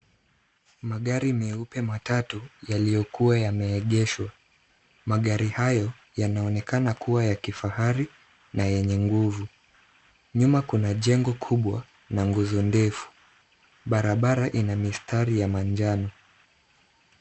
Magari meupe matatu yaliyokuwa yameegeshwa. Magari hayo yanaonekana kuwa ya kifahari na yenye nguvu. Nyuma kuna jengo kubwa na nguzo ndefu. Barabara ina mistari ya manjano.